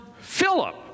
Philip